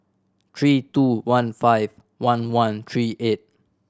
three two one five one one three eight